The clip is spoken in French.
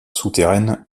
souterraine